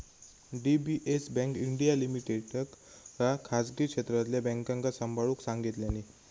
DBS bank India लिमिटेडका खासगी क्षेत्रातल्या बॅन्कांका सांभाळूक सांगितल्यानी